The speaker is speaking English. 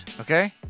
Okay